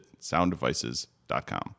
sounddevices.com